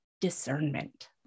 discernment